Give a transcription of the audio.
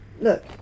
look